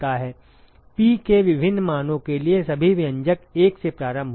P के विभिन्न मानों के लिए सभी व्यंजक 1 से प्रारंभ होते हैं